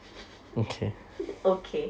okay